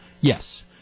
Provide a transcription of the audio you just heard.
Yes